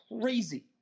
crazy